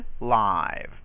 live